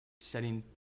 setting